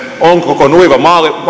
onko koko nuiva